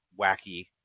wacky